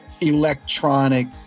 electronic